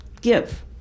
give